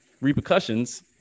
repercussions